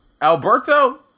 Alberto